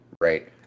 right